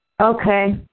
Okay